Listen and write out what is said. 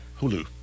Hulu